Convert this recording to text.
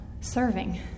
Serving